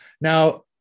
Now